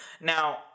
Now